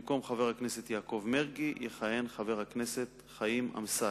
במקום חבר הכנסת יעקב מרגי יכהן חבר הכנסת חיים אמסלם.